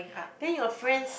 then your friends